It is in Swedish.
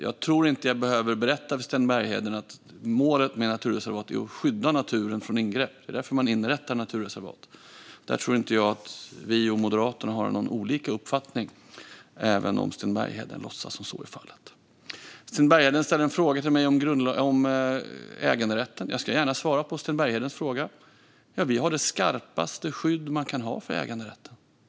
Jag tror inte att jag behöver berätta för Sten Bergheden att målet med naturreservat är att skydda naturen från ingrepp. Det är därför man inrättar naturreservat. Där tror jag inte att vi och Moderaterna har olika uppfattningar, även om Sten Bergheden låtsas som att det är fallet. Sten Bergheden ställde en fråga till mig om äganderätten. Jag ska gärna svara på den. Vi har det skarpaste skydd man kan ha för äganderätten.